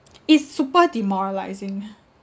is super demoralising